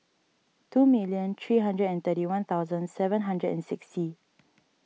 two million three hundred and thirty one thousand seven hundred and sixty